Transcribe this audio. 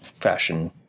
fashion